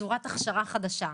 צורת הכשרה חדשה,